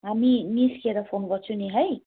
हामी निस्केर फोन गर्छु नि है